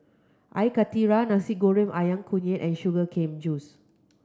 Air Karthira Nasi Goreng Ayam Kunyit and sugar cane juice